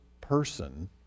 person